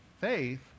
Faith